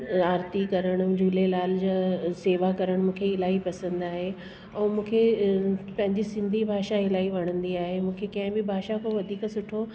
आरती करण झूलेलाल जा शेवा करण मूंखे इलाही पसंदि आहे ऐं मुहिंखे अ पंहिंजी सिंधी भाषा इलाही वणंदी आहे मूंखे कंहिं बि भाषा को वधीक सुठो